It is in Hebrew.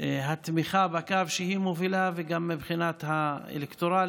התמיכה בקו שהיא מובילה וגם מבחינה אלקטורלית,